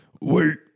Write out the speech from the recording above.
Wait